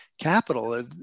capital